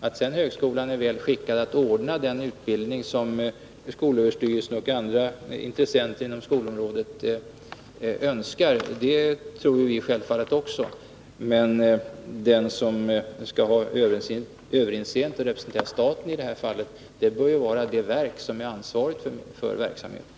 Att sedan högskolan är väl skickad att ordna den utbildning som skolöverstyrelsen och andra intressenter inom skolområdet önskar tror självfallet vi också, men den som skall ha överinseendet och representera staten i det här fallet bör vara det verk som är ansvarigt för verksamheten.